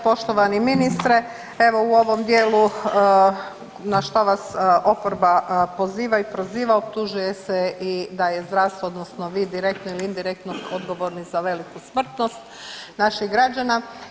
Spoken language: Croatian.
Poštovani ministre, evo u ovom dijelu na što vas oporba poziva i proziva, optužuje se i da je zdravstvo odnosno vi direktno ili indirektno odgovorni za veliku smrtnost naših građana.